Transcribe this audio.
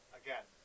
again